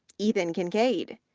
ethan kincaid,